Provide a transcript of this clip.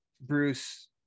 Bruce